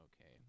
okay